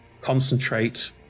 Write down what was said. concentrate